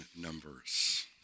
numbers